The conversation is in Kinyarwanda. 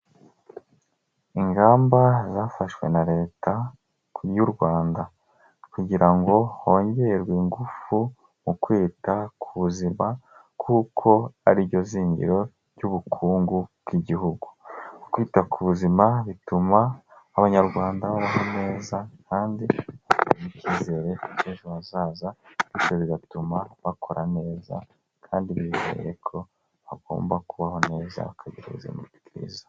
Ingamba zafashwe na Leta y'u Rwanda kugira ngo hongerwe ingufu mu kwita ku buzima, kuko ari ryo zingiro ry'ubukungu bw'igihugu. Kwita ku buzima bituma Abanyarwanda babaho neza kandi bafite icyizere cy'ejo hazaza, bityo bigatuma bakora neza kandi bizeye ko bagomba kubaho neza bakagira ubuzima bwiza.